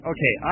Okay